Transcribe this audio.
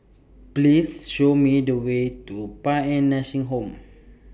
Please Show Me The Way to Paean Nursing Home